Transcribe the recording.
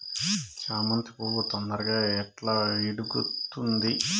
చామంతి పువ్వు తొందరగా ఎట్లా ఇడుగుతుంది?